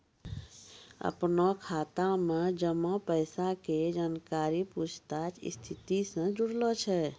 अपनो खाता मे जमा पैसा के जानकारी पूछताछ जांच स्थिति से जुड़लो छै